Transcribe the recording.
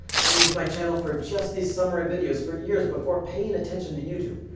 and i used my channel for just these summary videos for years before paying attention to youtube.